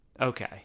Okay